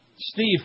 Steve